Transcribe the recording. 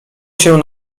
się